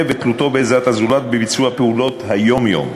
ותלותו בעזר הזולת בביצוע פעולות היום-יום.